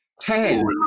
Ten